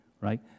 right